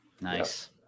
Nice